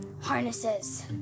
harnesses